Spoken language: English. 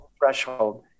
threshold